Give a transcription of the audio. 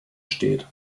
steht